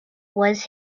was